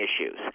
issues